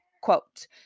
quote